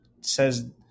says